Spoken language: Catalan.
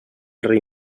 rei